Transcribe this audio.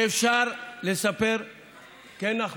שאפשר לספר, כן, נחמן.